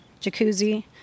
jacuzzi